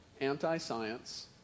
anti-science